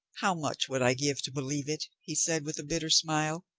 how much would i give to believe it? he said with a bitter smile.